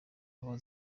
aho